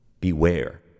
beware